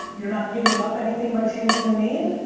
you're not giving up anything by changing the name.